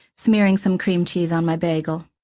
smearing some cream cheese on my bagel.